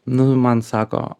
nu ir man sako